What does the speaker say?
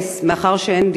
מאחר שאין דירות,